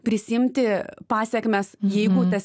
prisiimti pasekmes jeigu tas